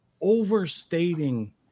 overstating